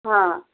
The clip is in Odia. ହଁ